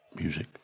music